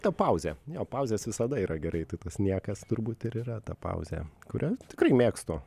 ta pauzė jo pauzės visada yra gerai tai tas niekas turbūt ir yra ta pauzė kurią tikrai mėgstu